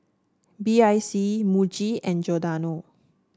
B I C Muji and Giordano